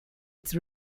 its